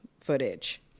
footage